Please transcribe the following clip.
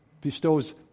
bestows